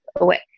away